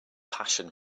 passion